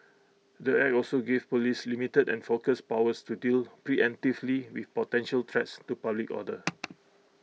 the act also gives Police limited and focused powers to deal preemptively with potential threats to public order